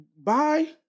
bye